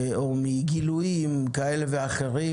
או מגילויים כאלה ואחרים,